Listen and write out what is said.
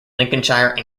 lincolnshire